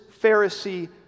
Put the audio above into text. Pharisee